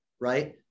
Right